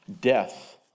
death